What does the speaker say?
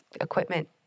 equipment